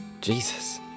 Jesus